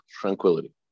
tranquility